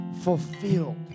fulfilled